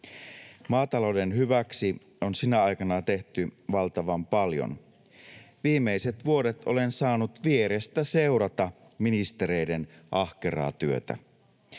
Maatalouden hyväksi on sinä aikana tehty valtavan paljon. [Sanna Antikainen: Ei ole!] Viimeiset vuodet olen saanut vierestä seurata ministereiden ahkeraa työtä.